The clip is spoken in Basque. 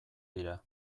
dira